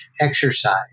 exercise